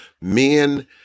men